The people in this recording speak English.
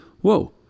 whoa